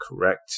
correct